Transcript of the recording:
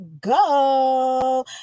go